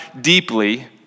deeply